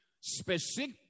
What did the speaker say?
Specific